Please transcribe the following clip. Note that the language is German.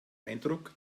eindruck